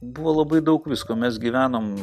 buvo labai daug visko mes gyvenom